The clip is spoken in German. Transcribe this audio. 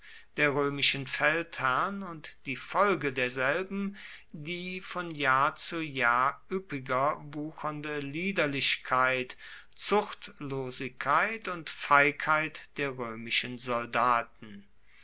der römischen feldherrn und die folge derselben die von jahr zu jahr üppiger wuchernde liederlichkeit zuchtlosigkeit und feigheit der römischen soldaten